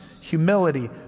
humility